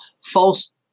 false